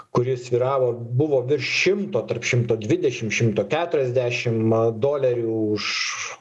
kuri svyravo buvo virš šimto tarp šimto dvidešim šimto keturiasdešim dolerių už